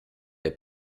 der